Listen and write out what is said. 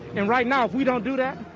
and right now, if we don't do that,